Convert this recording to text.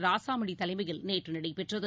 ராசாமணிதலைமையில் நேற்றுநடைபெற்றது